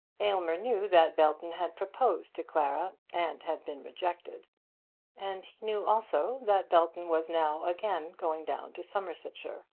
aylmer knew that belton had proposed to clara and had been rejected and he knew also that belton was now again going down to somersetshire.